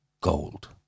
gold